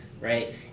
Right